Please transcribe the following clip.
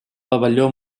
pavelló